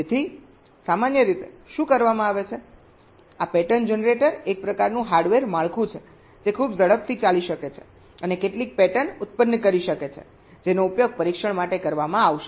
તેથી સામાન્ય રીતે શું કરવામાં આવે છે આ પેટર્ન જનરેટર એક પ્રકારનું હાર્ડવેર માળખું છે જે ખૂબ ઝડપથી ચાલી શકે છે અને કેટલીક પેટર્ન પેદા કરી શકે છે જેનો ઉપયોગ પરીક્ષણ માટે કરવામાં આવશે